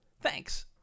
Thanks